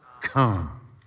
Come